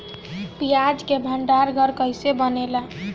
प्याज के भंडार घर कईसे बनेला?